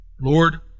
Lord